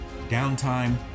downtime